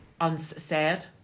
unsaid